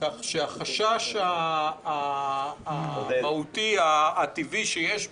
כך שהחשש המהותי הטבעי שיש פה,